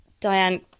Diane